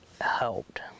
helped